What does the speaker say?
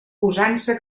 usança